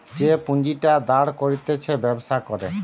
যে পুঁজিটা দাঁড় করতিছে ব্যবসা করে